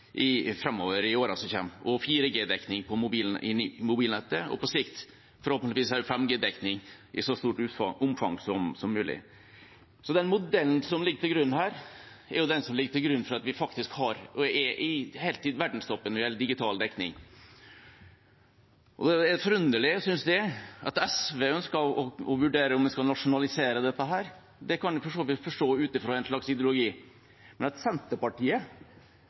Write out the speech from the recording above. i årene som kommer – også 4G-dekning på mobilnettet og på sikt også forhåpentligvis 5G-dekning, i så stort omfang som mulig. Så den modellen er det som ligger til grunn for at vi faktisk er helt i verdenstoppen når det gjelder digital dekning. Da er det forunderlig, synes jeg – at SV ønsker å vurdere om vi skal nasjonalisere dette, kan jeg for så vidt forstå, ut fra en slags ideologi – at Senterpartiet